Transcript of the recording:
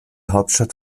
hauptstadt